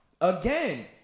Again